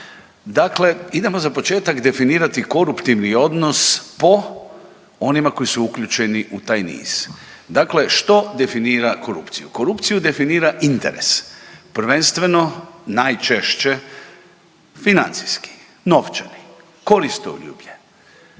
Dakle, idemo za početak definirati koruptivni odnos po onima koji su uključeni u taj niz. Dakle, što definira korupciju. Korupciju definira interes. Prvenstveno, najčešće financijski, novčani, koristoljublje.